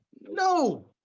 No